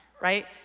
right